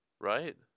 Right